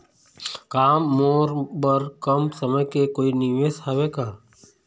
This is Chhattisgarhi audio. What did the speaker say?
का मोर बर कम समय के कोई निवेश हावे का?